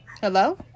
Hello